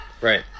Right